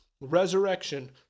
Resurrection